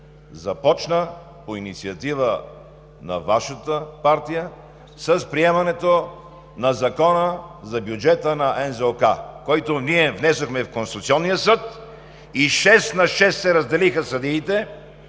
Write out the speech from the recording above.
започна по инициатива на Вашата партия с приемането на Закона за бюджета на НЗОК, който ние внесохме в Конституционния съд, и шест на шест се разделиха съдиите.